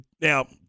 Now